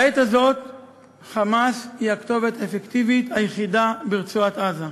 בעת הזאת "חמאס" הוא הכתובת האפקטיבית היחידה ברצועת-עזה.